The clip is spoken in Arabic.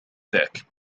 ذاك